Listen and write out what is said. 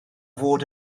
fod